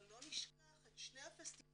אבל לא נשכח את שני הפסטיבלים